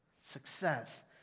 success